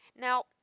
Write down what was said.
Now